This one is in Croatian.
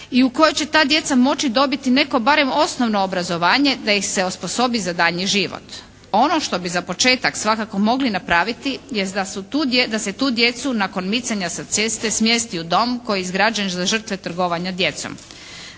i u kojoj će ta djeca moći dobiti neko barem osnovno obrazovanje da ih se osposobi za daljnji život. Ono što bi za početak svakako mogli napraviti jest da su tu, da se tu djecu nakon micanja sa ceste smjesti u dom koji je izgrađen za žrtve trgovanja djecom.